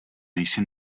nejsi